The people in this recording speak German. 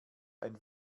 ein